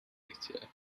weithiau